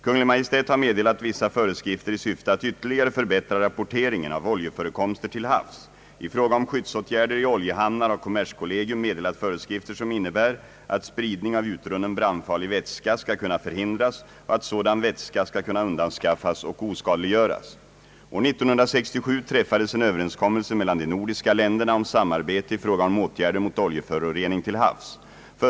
Kungl. Maj:t har meddelat vissa föreskrifter i syfte att ytterligare förbättra rapporteringen av oljeförekomster till havs. I fråga om skyddsåtgärder i oljehamnar har kommerskollegium meddelat föreskrifter som innebär, att spridning av utrunnen brandfarlig vätska skall kunna förhindras och att sådan vätska skall kunna undanskaffas och oskadliggöras. År 1967 träffades en överenskommelse mellan de nordiska länderna om samarbete i fråga om åtgärder mot oljeförorening till havs.